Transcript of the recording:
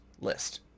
list